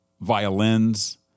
violins